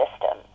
system